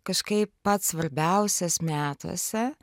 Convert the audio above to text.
kažkaip pats svarbiausias metuose